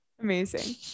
Amazing